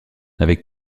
avec